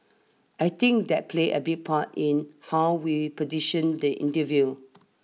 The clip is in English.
I think that plays a big part in how we position the interview